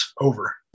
over